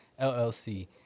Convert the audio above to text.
LLC